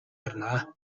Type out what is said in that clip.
харна